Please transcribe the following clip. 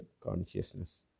consciousness